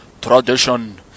tradition